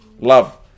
love